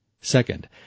Second